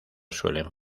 suelen